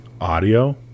audio